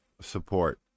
support